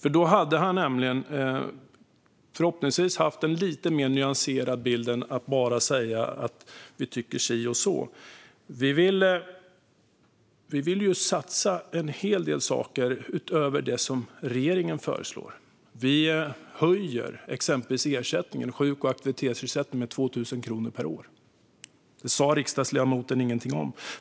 Om han hade gjort det borde han ha haft en lite mer nyanserad bild än att bara säga att vi tycker si eller så. Vi vill satsa på en hel del saker utöver det som regeringen föreslår. Exempelvis höjer vi sjuk och aktivitetsersättningen med 2 000 kronor per år. Detta sa riksdagsledamoten ingenting om.